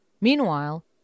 Meanwhile